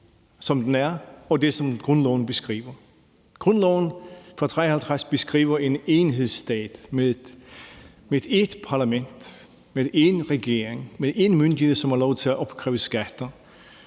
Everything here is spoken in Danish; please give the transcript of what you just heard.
som det er, og det, som grundloven beskriver. Grundloven fra 1953 beskriver en enhedsstat med ét parlament, med én regering, med én myndighed, som har lov til at opkræve skatter.